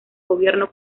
gobierno